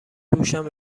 دوشم